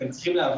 אתם צריכים להבין,